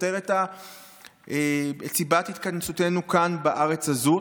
סותר את סיבת התכנסותנו כאן בארץ הזאת.